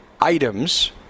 items